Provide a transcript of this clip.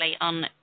on